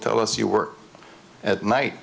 tell us you were at night